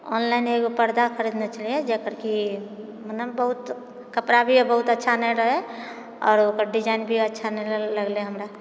online एगो पर्दा खरीदने छलियै जेकर कि मने बहुत कपड़ा भी बहुत अच्छा नहि रहै आरो ओकर डिजाइन भी अच्छा नहि लगलै हमरा